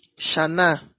Shana